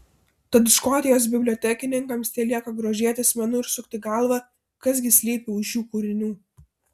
tad škotijos bibliotekininkams telieka grožėtis menu ir sukti galvą kas gi slypi už šių kūrinių